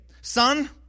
Son